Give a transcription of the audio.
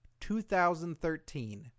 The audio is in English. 2013